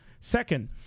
Second